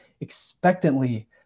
expectantly